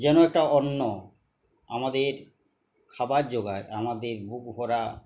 যেন একটা অন্য আমাদের খাবার জোগায় আমাদের বুক ভরা